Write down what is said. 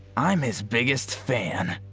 i'm his biggest fan.